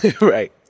right